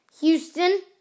Houston